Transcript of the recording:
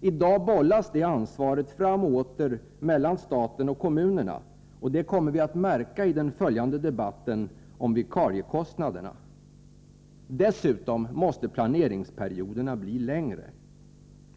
I dag bollas det ansvaret fram och åter mellan staten och kommunerna — det kommer vi att märka i den följande debatten om vikariekostnaderna. Dessutom måste planeringsperioderna bli längre.